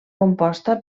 composta